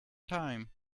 time